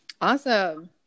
Awesome